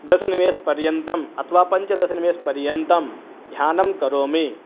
दशनिमेषपर्यन्तम् अथवा पञ्चदशनिमेषपर्यन्तं ध्यानं करोमि